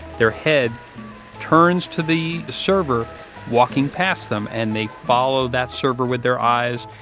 their head turns to the server walking past them. and they follow that server with their eyes.